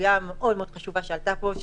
לסוגיה מאוד חשובה שעלתה פה,